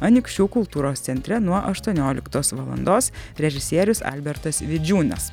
anykščių kultūros centre nuo aštuonioliktos valandos režisierius albertas vidžiūnas